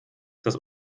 dass